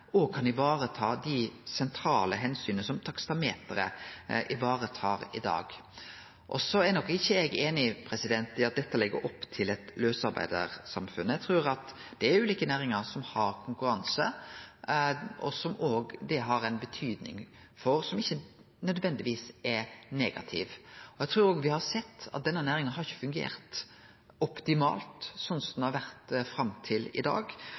kan vareta dei sentrale omsyn som taksameteret varetar i dag. Så er nok ikkje eg einig i at dette legg opp til eit lausarbeidarsamfunn. Det er ulike næringar som har konkurranse, som det òg har ei betydning for som ikkje nødvendigvis er negativ. Me har sett at denne næringa ikkje har fungert optimalt, sånn som det har vore fram til i dag.